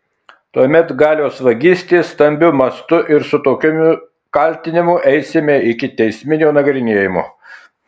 tuomet galios vagystė stambiu mastu ir su tokiu kaltinimu eisime iki teisminio nagrinėjimo